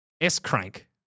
S-Crank